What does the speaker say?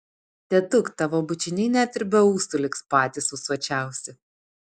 tėtuk tavo bučiniai net ir be ūsų liks patys ūsuočiausi